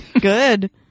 good